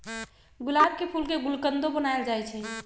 गुलाब के फूल के गुलकंदो बनाएल जाई छई